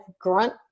grunt